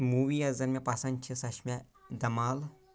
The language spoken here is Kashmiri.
موٗوِی یۄس زَن مےٚ پسنٛد چھِ سۄ چھِ مےٚ دَمال